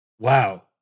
Wow